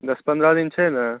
दस पंद्रह दिन छै ने